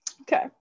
Okay